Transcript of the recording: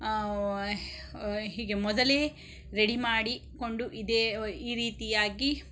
ಹೀಗೆ ಮೊದಲೇ ರೆಡಿ ಮಾಡಿ ಕೊಂಡು ಇದೇ ಈ ರೀತಿಯಾಗಿ